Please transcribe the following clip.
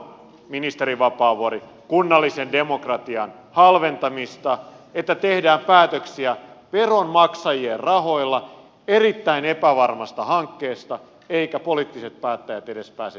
se on ministeri vapaavuori kunnallisen demokratian halventamista että tehdään päätöksiä veronmaksajien rahoilla erittäin epävarmasta hankkeesta eivätkä poliittiset päättäjät edes pääse niihin kiinni